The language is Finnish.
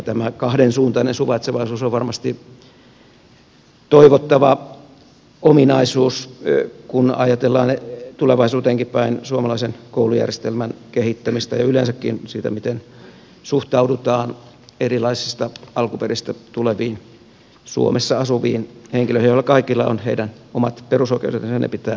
tämä kahdensuuntainen suvaitsevaisuus on varmasti toivottava ominaisuus kun ajatellaan tulevaisuuteenkin päin suomalaisen koulujärjestelmän kehittämistä ja yleensäkin sitä miten suhtaudutaan erilaisista alkuperistä tuleviin suomessa asuviin henkilöihin joilla kaikilla on heidän omat perusoikeutensa ja ne pitää turvata